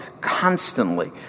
constantly